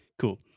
Cool